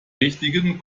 richtigen